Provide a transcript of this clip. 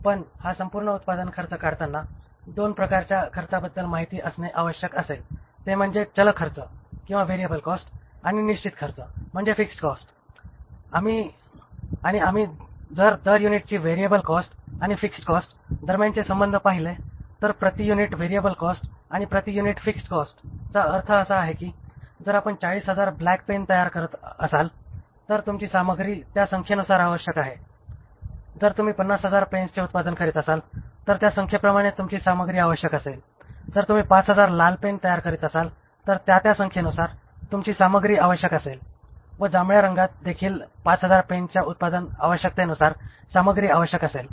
पण हा संपूर्ण उत्पादन खर्च काढताना २ प्रकारच्या खर्चाबद्दल माहिती असणे आवश्यक असेल ते म्हणजे चल खर्च आणि आम्ही जर दर युनिटची व्हेरिएबल कॉस्ट आणि फिक्स्ड कॉस्ट दरम्यानचे संबंध पाहिले तर प्रति युनिट व्हेरिएबल कॉस्ट आणि प्रति युनिट फिक्स्ड कॉस्टचा अर्थ असा आहे की जर आपण 40000 ब्लॅक पेन तयार करत असाल तर तुमची सामग्री या संख्येनुसार आवश्यक असेल जर तुम्ही 50000 पेनचे उत्पादन करीत असाल तर त्या संख्येप्रमाणे तुमची सामग्री आवश्यक असेल जर तुम्ही 5000 लाल पेन तयार करत असाल तर त्या त्या संख्येनुसार तुमची सामग्री आवश्यक असेल व जांभळ्या रंगात देखील 5000 पेनच्या उत्पादन आवश्यकतेनुसार सामग्री आवश्यक असेल